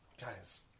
Guys